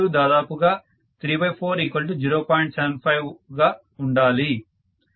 75 గా ఉండాలి